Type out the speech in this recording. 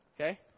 Okay